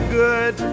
good